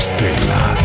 Stella